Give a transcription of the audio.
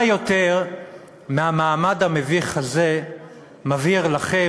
מה יותר מהמעמד המביך הזה מבהיר לכם,